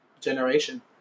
generation